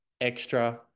extra